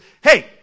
Hey